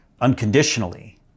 unconditionally